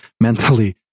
mentally